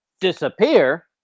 disappear